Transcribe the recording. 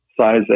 size